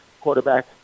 quarterback